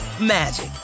magic